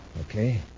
Okay